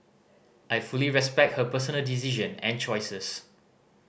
I fully respect her personal decision and choices